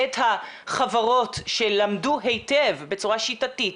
את החברות שלמדו היטב בצורה שיטתית,